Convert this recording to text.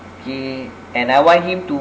okay and I want him to